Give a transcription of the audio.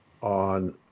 on